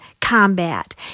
combat